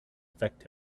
affect